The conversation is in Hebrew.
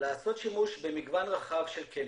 לעשות שימוש במגוון רחב של כלים.